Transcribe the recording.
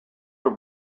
from